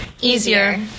easier